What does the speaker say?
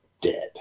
dead